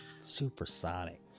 Supersonic